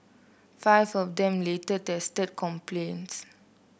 five of them later tested compliant